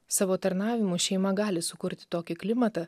savo tarnavimu šeima gali sukurt tokį klimatą